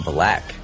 Black